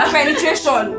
Penetration